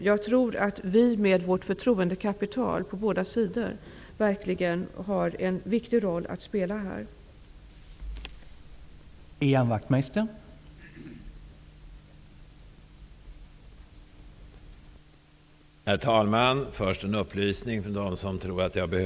Jag tror att vi med vårt förtroendekapital på båda sidor verkligen har en viktig roll att spela i detta sammanhang.